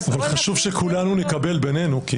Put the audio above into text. אבל חשוב שכולנו נקבל בינינו.